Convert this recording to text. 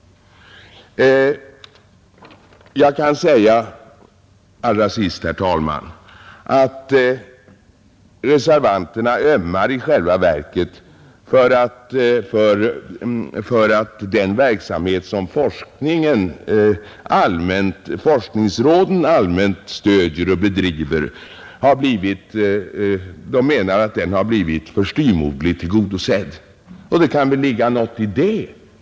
Nu menar reservanterna att den verksamhet som forskningsråden stöder och bedriver har blivit styvmoderligt behandlad — och den meningen kan man ju ha.